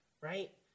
right